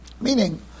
Meaning